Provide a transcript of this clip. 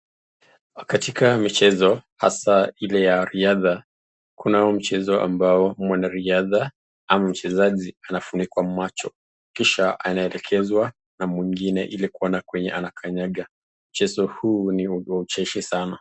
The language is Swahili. Katika michezo hasa ile ya riadha, kuna huu mchezo ambao mwanariadha, ama mchezaji anafunikwa macho. Kisha anaelekezwa na mwingine ili kuona kwenye anakanyaga. Mchezo huu ni wa ucheshi sana.